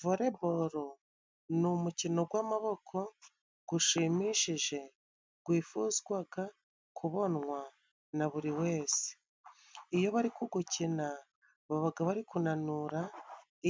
Voleboro ni umukino gw'amaboko gushimishije gwifuzwaga kubonwa na buri wese, iyo bari kugukina babaga bari kunanura